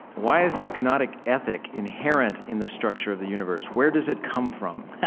why is the kenotic ethic inherent in the structure of the universe? where does it come from?